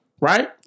Right